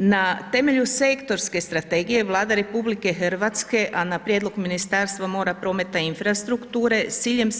Na temelju sektorske strategije Vlada Republike Hrvatske a na prijedlog Ministarstva mora, prometa i infrastrukture s ciljem